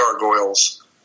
Gargoyles